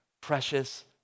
precious